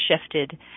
shifted